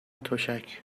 تشک